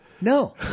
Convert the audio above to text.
No